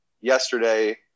yesterday